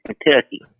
Kentucky